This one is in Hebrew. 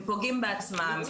הם פוגעים בעצמם,